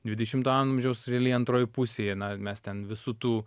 dvidešimto amžiaus antroj pusėj na mes ten visų tų